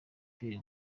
pierre